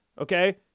okay